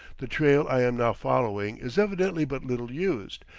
the trail i am now following is evidently but little used,